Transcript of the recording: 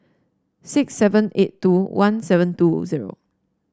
six seven eight two one seven two zero